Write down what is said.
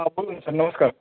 हां कोण बोलत आहे नमस्कार